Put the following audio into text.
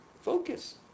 focus